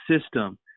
system